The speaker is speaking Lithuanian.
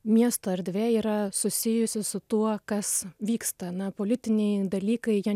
miesto erdvė yra susijusi su tuo kas vyksta na politiniai dalykai jie